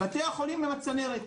בתי החולים הם הצנרת,